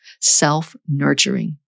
self-nurturing